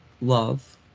love